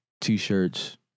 T-shirts